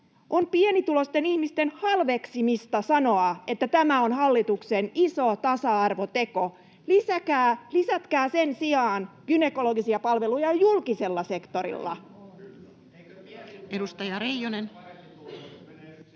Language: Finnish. On pienituloisten ihmisten halveksimista sanoa, että tämä on hallituksen iso tasa-arvoteko. Lisätkää sen sijaan gynekologisia palveluja julkisella sektorilla. [Ben